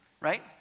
right